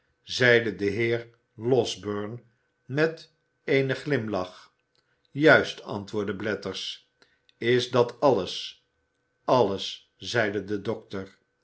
zeide de heer losberne met een glimlach juist antwoordde blathers is dat alles alles zeide dè dokter